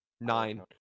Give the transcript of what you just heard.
Nine